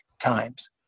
times